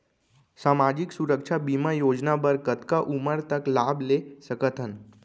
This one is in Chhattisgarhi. सामाजिक सुरक्षा बीमा योजना बर कतका उमर तक लाभ ले सकथन?